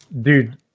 Dude